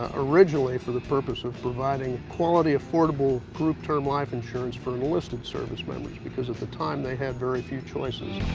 ah originally for the purpose of providing quality affordable group term life insurance for enlisted service members, because at the time they had very few choices.